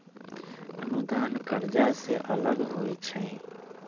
अनुदान कर्जा से अलग होइ छै